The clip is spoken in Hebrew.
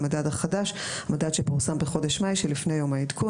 "המדד החדש" מדד שפורסם בחודש מאי שלפני יום העדכון.